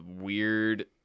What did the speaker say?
weird